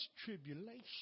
tribulation